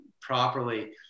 properly